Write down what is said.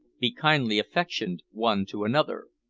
be kindly affectioned one to another,